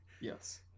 yes